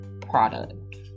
product